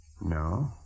No